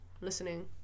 listening